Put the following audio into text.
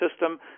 system